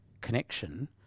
connection